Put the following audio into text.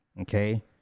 okay